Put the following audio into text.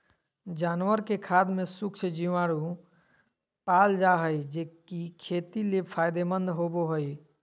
जानवर के खाद में सूक्ष्म जीवाणु पाल जा हइ, जे कि खेत ले फायदेमंद होबो हइ